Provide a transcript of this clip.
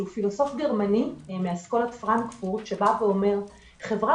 שהוא פילוסוף גרמני מאסכולת פרנקפורט שאומר: חברה